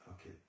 Okay